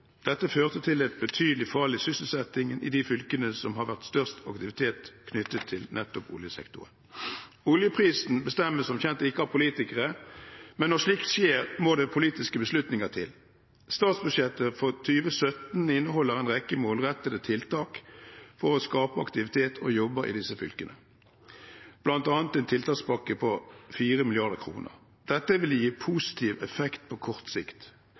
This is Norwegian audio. Dette førte til et betydelig fall i sysselsettingen i de fylkene som har hatt størst aktivitet knyttet nettopp til oljesektoren. Oljeprisen bestemmes som kjent ikke av politikere, men når slikt skjer, må det politiske beslutninger til. Statsbudsjettet for 2017 inneholder en rekke målrettede tiltak for å skape aktivitet og jobber i disse fylkene, bl.a. en tiltakspakke på 4 mrd. kr. Dette vil gi positiv effekt på kort sikt,